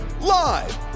live